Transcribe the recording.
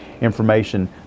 information